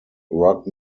rock